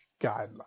guidelines